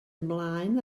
ymlaen